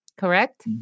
correct